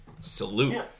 Salute